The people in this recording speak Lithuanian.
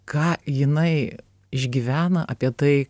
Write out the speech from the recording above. ką jinai išgyvena apie tai